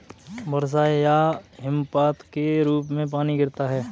वर्षा या हिमपात के रूप में पानी गिरता है